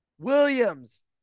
Williams